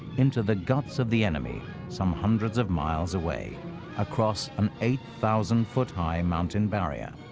into the guts of the enemy, some hundreds of miles away across an eight thousand foot high mountain barrier.